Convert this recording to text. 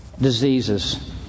diseases